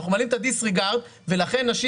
אנחנו מעלים את הדיסריגרד ולכן נשים